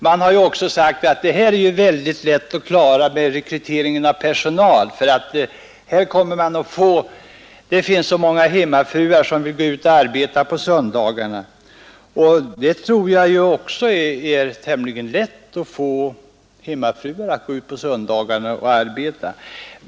Det har också sagts att personalrekryteringsfrågan är lätt att klara med ett ökat öppethållande. Det finns så många hemmafruar som vill arbeta på söndagarna. Också jag tror att det är tämligen lätt att få hemmafruarna att göra det.